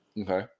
Okay